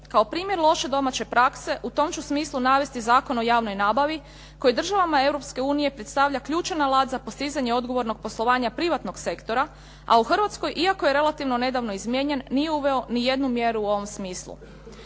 Kao primjer loše domaće prakse u tom ću smislu navesti Zakon o javnoj nabavi koji državama Europske unije predstavlja ključan alat za postizanje odgovornog poslovanja privatnog sektora, a u Hrvatskoj iako je relativno nedavno izmijenjen nije uveo ni jednu mjeru u ovom smislu.